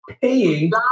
paying